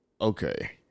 Okay